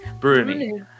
Bruni